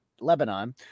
Lebanon